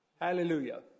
Hallelujah